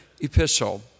epistle